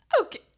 okay